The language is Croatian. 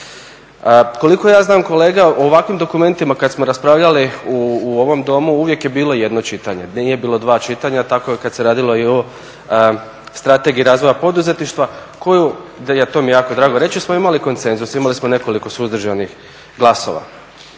Koliko ja znam, kolega, u ovakvim dokumentima kada smo raspravljali u ovom Domu, uvijek je bilo jedno čitanje, nije bilo dva čitanja, tako je kada se radilo i o ovoj strategiji razvoja poduzetništva koju, to mi je jako drago reći, smo imali konsenzus, imali smo nekoliko suzdržanih glasova.